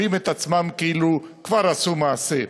רואים את עצמם כאילו כבר עשו מעשה".